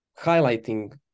highlighting